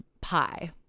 pie